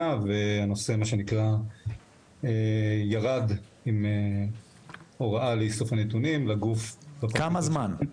והנושא מה שנקרא ירד עם הוראה לאיסוף הנתונים לגוף --- כמה זמן?